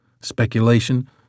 Speculation